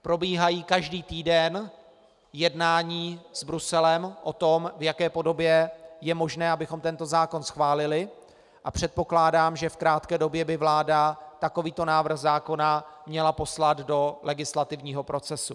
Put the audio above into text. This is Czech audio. Probíhají každý týden jednání s Bruselem o tom, v jaké podobě je možné, abychom tento zákon schválili, a předpokládám, že v krátké době by vláda takovýto návrh zákona měla poslat do legislativního procesu.